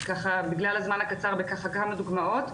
בכמה דוגמאות.